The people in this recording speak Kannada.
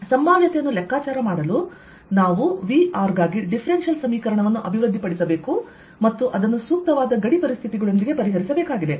ಸಂಭಾವ್ಯತೆಯನ್ನು ಲೆಕ್ಕಾಚಾರಮಾಡಲು ನಾವು V ಗಾಗಿ ಡಿಫ್ರೆನ್ಸಿಯಲ್ ಸಮೀಕರಣವನ್ನು ಅಭಿವೃದ್ಧಿಪಡಿಸಬೇಕು ಮತ್ತು ಅದನ್ನು ಸೂಕ್ತವಾದ ಗಡಿಪರಿಸ್ಥಿತಿಗಳೊಂದಿಗೆ ಪರಿಹರಿಸಬೇಕಾಗಿದೆ